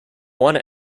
one